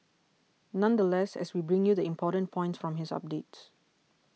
nonetheless as we bring you the important points from his updates